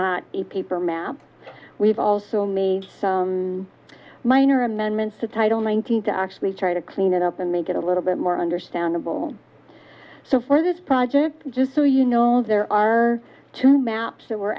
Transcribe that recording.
not a paper map we've also made minor amendments to title nineteen to actually try to clean it up and make it a little bit more understandable so for this project just so you know there are two maps that we're